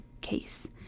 case